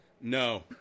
No